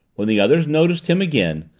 when the others noticed him again,